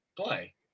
play